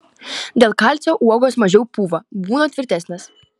dėl kalcio uogos mažiau pūva būna tvirtesnės